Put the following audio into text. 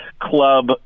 club